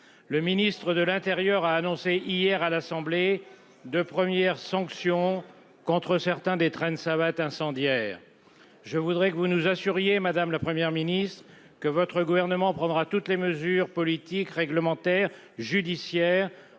Le ministre de l'Intérieur a annoncé hier à l'Assemblée. De premières sanctions contre certains des traînes savates incendiaire. Je voudrais que vous nous assuriez madame, la Première ministre, que votre gouvernement prendra toutes les mesures politiques réglementaires judiciaires